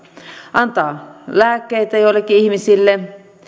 antaa lääkkeitä joillekin ihmisille